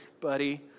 buddy